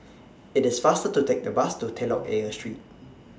IT IS faster to Take The Bus to Telok Ayer Street